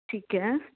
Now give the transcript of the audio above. ਠੀਕ ਹੈ